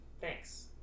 Thanks